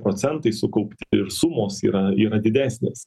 procentai sukaupti ir sumos yra yra didesnės